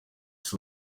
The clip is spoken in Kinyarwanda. ese